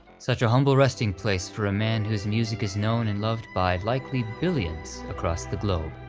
such a humble resting place for a man whose music is known and loved by likely billions across the globe.